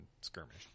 Skirmish